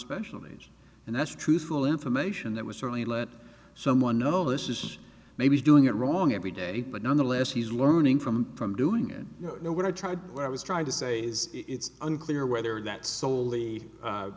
special age and that's truthful information that was certainly let someone know this is maybe doing it wrong every day but nonetheless he's learning from from doing it you know what i tried when i was trying to say is it's unclear whether that so